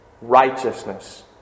righteousness